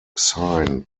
sign